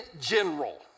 general